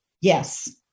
Yes